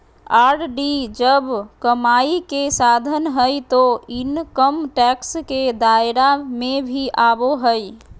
RD जब कमाई के साधन हइ तो इनकम टैक्स के दायरा में भी आवो हइ